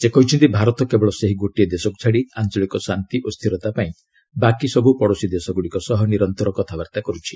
ସେ କହିଛନ୍ତି ଭାରତ କେବଳ ସେହି ଗୋଟିଏ ଦେଶକୁ ଛାଡ଼ି ଆଞ୍ଚଳିକ ଶାନ୍ତି ଓ ସ୍ଥିରତା ପାଇଁ ବାକି ପଡ଼ୋଶୀ ଦେଶଗୁଡ଼ିକ ସହ ନିରନ୍ତର କଥାବାର୍ତ୍ତା କରୁଛି